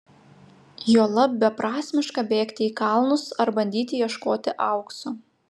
juolab beprasmiška bėgti į kalnus ar bandyti ieškoti aukso